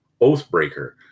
Oathbreaker